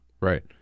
Right